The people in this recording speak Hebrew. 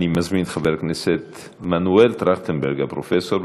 אני מזמין את חבר הכנסת מנואל טרכטנברג, הפרופסור.